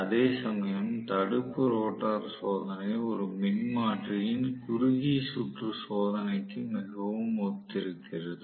அதே சமயம் தடுப்பு ரோட்டார் சோதனை ஒரு மின்மாற்றியின் குறுகிய சுற்று சோதனைக்கு மிகவும் ஒத்திருக்கிறது